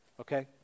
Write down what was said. okay